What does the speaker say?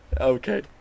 Okay